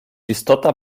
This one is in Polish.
istota